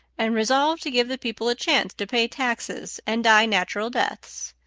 and resolved to give the people a chance to pay taxes and die natural deaths.